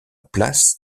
place